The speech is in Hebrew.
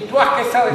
ניתוח קיסרי,